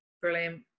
brilliant